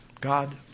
God